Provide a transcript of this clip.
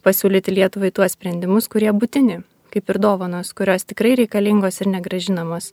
pasiūlyti lietuvai tuos sprendimus kurie būtini kaip ir dovanos kurios tikrai reikalingos ir negrąžinamos